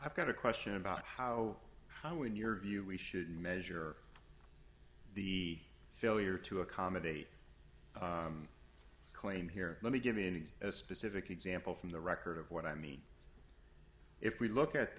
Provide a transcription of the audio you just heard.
i've got a question about how how in your view we should measure the failure to accommodate claim here let me give an example a specific example from the record of what i mean if we look at